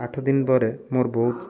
ଆଠ ଦିନ ପରେ ମୋର ବହୁତ